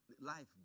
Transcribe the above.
life